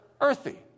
earthy